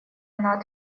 она